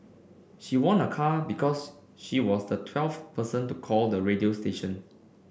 she won a car because she was the twelfth person to call the radio station